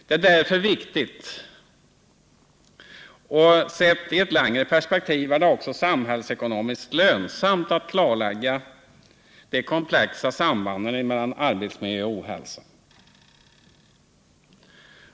Det är därför viktigt och, sett i ett längre perspektiv, också samhällsekonomiskt lönsamt att klarlägga de komplexa sambanden mellan arbetsmiljö och ohälsa.